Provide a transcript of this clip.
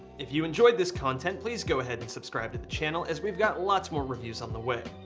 if you enjoyed this content, please go ahead and subscribe to the channel as we've got lots more reviews on the way.